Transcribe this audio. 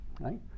Right